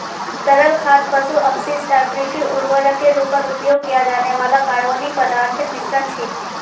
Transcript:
तरल खाद पशु अपशिष्ट आर कृषि उर्वरकेर रूपत उपयोग किया जाने वाला कार्बनिक पदार्थोंर मिश्रण छे